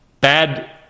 bad